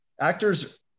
actors